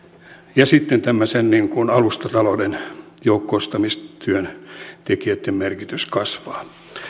ja sitten se että tämmöisen alustatalouden joukkoistamistyön tekijöitten merkitys kasvaa